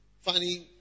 funny